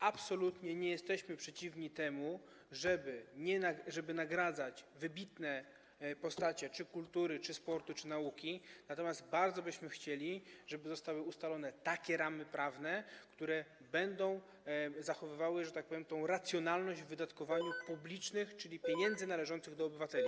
Absolutnie nie jesteśmy przeciwni temu, żeby nagradzać wybitne postacie czy kultury, czy sportu, czy nauki, natomiast bardzo byśmy chcieli, żeby zostały ustalone takie ramy prawne, które będą, że tak powiem, zachowywały racjonalność w wydatkowaniu środków publicznych, czyli pieniędzy należących do obywateli.